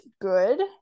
good